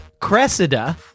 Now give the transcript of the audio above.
cressida